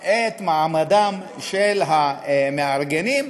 את מעמדם של המארגנים,